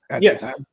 Yes